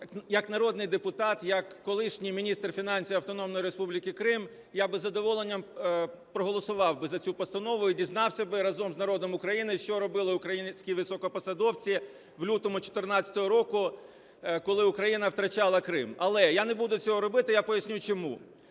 як народний депутат, як колишній міністр фінансів Автономної Республіки Крим, я би з задоволенням проголосував би за цю постанову і дізнався би разом з народом України, що робили українські високопосадовці в лютому 14-го року, коли Україна втрачала Крим. Але я не буду цього робити, я поясню, чому.